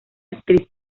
actriz